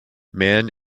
man